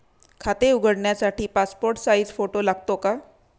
खाते उघडण्यासाठी passport size photo लागतो का?